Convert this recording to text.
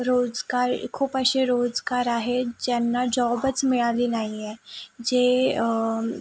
रोजगार खूप असे रोजगार आहेत ज्यांना जॉबच मिळाले नाही आहे जे